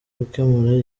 gukemura